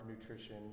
nutrition